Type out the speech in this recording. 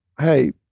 hey